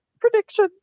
Prediction